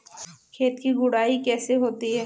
खेत की गुड़ाई कैसे होती हैं?